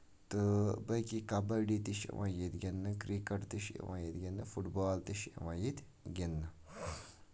تہٕ باقٕے کَبڈی تہِ چھِ یِوان ییٚتہِ گِندنہٕ کِرکٹ تہِ چھُ یِوان ییٚتہِ گِندنہٕ فُٹ بال تہِ چھُ یِوان ییٚتہِ گِندنہٕ